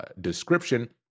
description